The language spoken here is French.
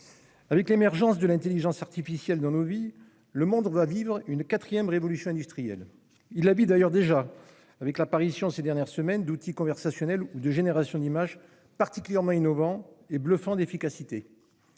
avec l'émergence de l'intelligence artificielle dans nos vies, le monde va vivre une quatrième révolution industrielle. Il la vit d'ailleurs déjà, des outils conversationnels ou de génération d'images particulièrement innovants et bluffants d'efficacité